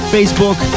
Facebook